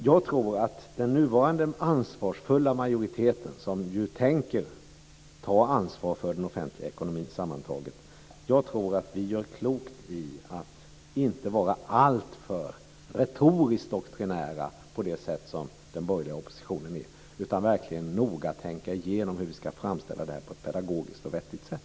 Jag tror att vi i den nuvarande, ansvarsfulla majoriteten, som ju tänker ta ansvar för den offentliga ekonomin sammantaget, gör klokt i att inte vara alltför retoriskt doktrinära på det sätt som den borgerliga oppositionen är, utan verkligen noga tänka igenom hur vi ska framställa det här på ett pedagogiskt och vettigt sätt.